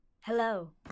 Hello